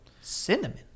Cinnamon